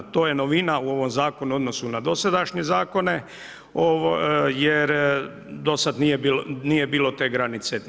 To je novina u ovom zakonu u odnosu na dosadašnji zakone, jer do sada nije bilo te granice.